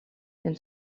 den